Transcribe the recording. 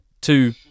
two